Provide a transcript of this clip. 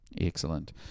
Excellent